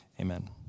amen